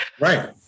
Right